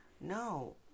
No